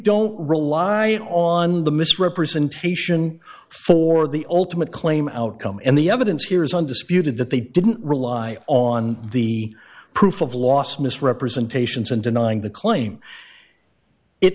don't rely on the misrepresentation for the ultimate claim outcome and the evidence here is undisputed that they didn't rely on the proof of loss misrepresentations and denying the claim it